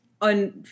on